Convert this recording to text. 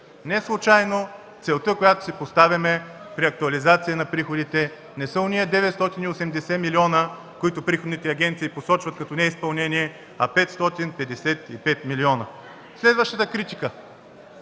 Неслучайно целта, която си поставяме при актуализация на приходите, не са онези 980 милиона, които приходните агенции посочват като неизпълнение, а 555 милиона. Следващата критика